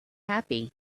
happy